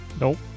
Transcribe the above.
Nope